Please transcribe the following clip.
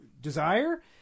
desire